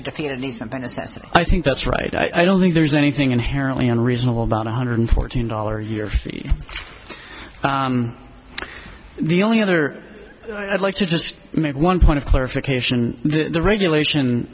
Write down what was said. that i think that's right i don't think there's anything inherently unreasonable about one hundred fourteen dollars a year the only other i'd like to just make one point of clarification the regulation